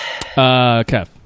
Kev